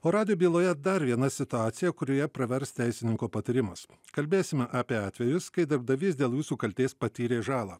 o radijo byloje dar viena situacija kurioje pravers teisininko patarimas kalbėsime apie atvejus kai darbdavys dėl jūsų kaltės patyrė žalą